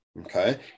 Okay